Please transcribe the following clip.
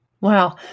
Wow